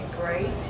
great